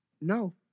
no